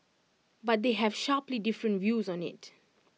but they have sharply different views on IT